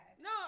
No